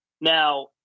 Now